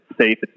safe